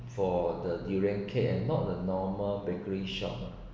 for the durian cake and not the normal bakery shop